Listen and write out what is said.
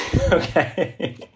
Okay